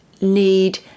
Need